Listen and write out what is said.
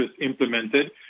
implemented